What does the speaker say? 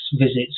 visits